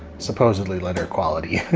supposedly letter quality.